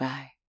Bye